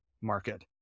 market